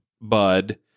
bud